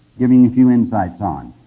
giving you a few insights on.